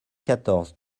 quatorze